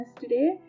today